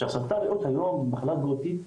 עכשיו סרטן ריאות היום הוא מחלה גרורתית,